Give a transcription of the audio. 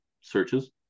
searches